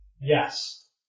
Yes